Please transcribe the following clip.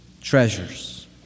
treasures